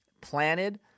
planted